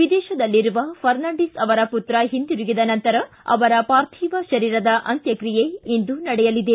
ವಿದೇತದಲ್ಲಿರುವ ಫರ್ನಾಂಡಿಸ್ ಅವರ ಪುತ್ರ ಹಿಂದಿರುಗಿದ ನಂತರ ಅವರ ಪಾರ್ಥಿವ ಶರೀರದ ಅಂತ್ಯಕ್ರಿಯೆ ಇಂದು ನಡೆಯಲಿದೆ